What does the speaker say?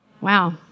Wow